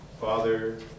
father